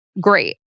great